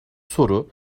soru